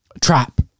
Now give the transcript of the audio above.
trap